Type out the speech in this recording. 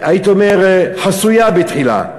הייתי אומר, חסויה בתחילה.